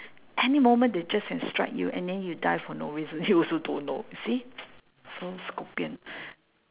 any moment they just can strike you and then you die for no reason you also don't know you see so scorpion